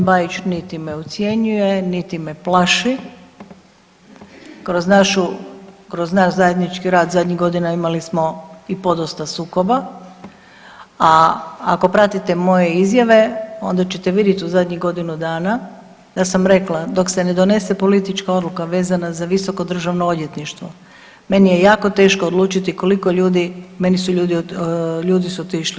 G. Bajić niti ne ucjenjuje niti me plaši, kroz našu, kroz naš zajednički rad zadnjih godina imali smo i podosta sukoba, a ako pratite moje izjave, onda ćete vidit u zadnjih godinu dana da sam rekla, dok se ne donese politička odluka vezana za visoko državno odvjetništvo, meni je jako teško odlučiti koliko ljudi, meni su ljudi, ljudi su otišli.